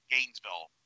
Gainesville